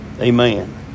Amen